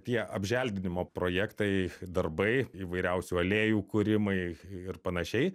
tie apželdinimo projektai darbai įvairiausių aliejų kūrimai ir panašiai